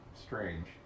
strange